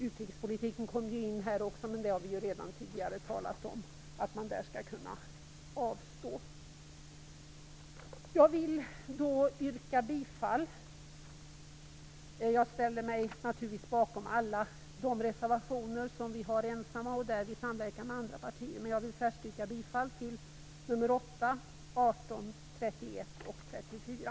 Utrikespolitiken kom också in i detta sammanhang, men vi har tidigare talat om att man i fråga om den skall kunna avstå. Jag står naturligtvis bakom alla reservationer där Kristdemokraterna finns med, men jag vill särskilt yrka bifall till reservationerna 8, 18, 31 och 34.